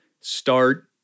start